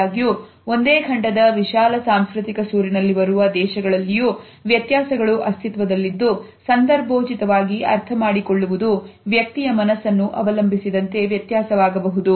ಆದಾಗ್ಯೂ ಒಂದೇ ಖಂಡದ ವಿಶಾಲ ಸಾಂಸ್ಕೃತಿಕ ಸೂರಿನಲ್ಲಿ ಬರುವ ದೇಶಗಳಲ್ಲಿಯೂ ವ್ಯತ್ಯಾಸಗಳು ಅಸ್ತಿತ್ವದಲ್ಲಿದ್ದು ಸಂದರ್ಭೋಚಿತವಾಗಿ ಅರ್ಥಮಾಡಿಕೊಳ್ಳುವುದು ವ್ಯಕ್ತಿಯ ಮನಸ್ಸನ್ನು ಅವಲಂಬಿಸಿದಂತೆ ವ್ಯತ್ಯಾಸವಾಗಬಹುದು